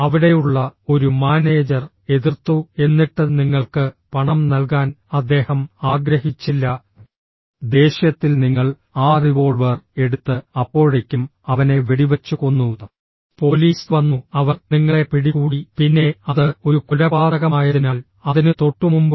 അവിടെയുള്ള ഒരു മാനേജർ എതിർത്തു എന്നിട്ട് നിങ്ങൾക്ക് പണം നൽകാൻ അദ്ദേഹം ആഗ്രഹിച്ചില്ല ദേഷ്യത്തിൽ നിങ്ങൾ ആ റിവോൾവർ എടുത്ത് അപ്പോഴേക്കും അവനെ വെടിവച്ചു കൊന്നു പോലീസ് വന്നു അവർ നിങ്ങളെ പിടികൂടി പിന്നെ അത് ഒരു കൊലപാതകമായതിനാൽ അതിനു തൊട്ടുമുമ്പും